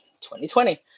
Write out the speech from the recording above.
2020